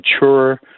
mature